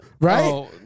Right